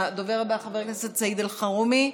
הדובר הבא, חבר הכנסת סעיד אלחרומי,